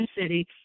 city